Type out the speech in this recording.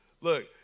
Look